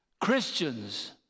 Christians